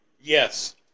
Yes